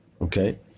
okay